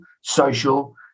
social